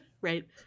Right